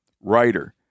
writer